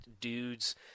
Dudes